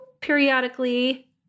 periodically